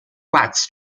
wax